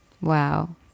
Wow